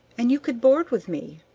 and you could board with me.